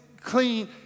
clean